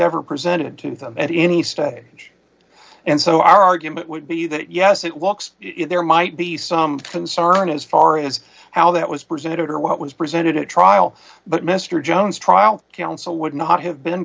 ever presented to them at any stage and so our argument would be that yes it walks there might be some concern as far as how that was presented or what was presented at trial but mr jones trial counsel would not have been